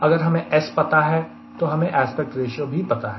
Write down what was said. अगर हमें S पता है तो हमें एस्पेक्ट रेशियो भी पता है